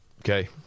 okay